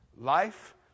Life